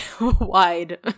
wide